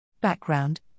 Background